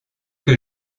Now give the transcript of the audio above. que